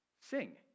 sing